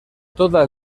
todas